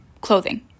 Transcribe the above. clothing